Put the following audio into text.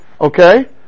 Okay